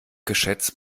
geschätzt